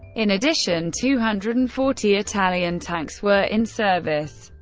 in addition, two hundred and forty italian tanks were in service,